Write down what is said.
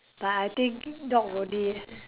but I think dog only